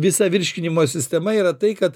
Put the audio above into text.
visa virškinimo sistema yra tai kad